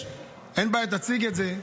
אין בעיה, תציג את זה,